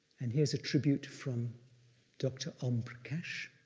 and here's a tribute from dr. om prakash.